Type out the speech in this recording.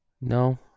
No